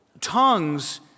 tongues